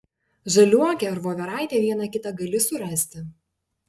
žaliuokę ar voveraitę vieną kitą gali surasti